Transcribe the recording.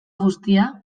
guztia